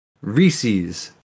Reese's